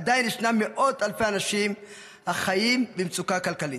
עדיין ישנם מאות אלפי אנשים שחיים במצוקה כלכלית,